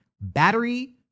battery